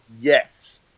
yes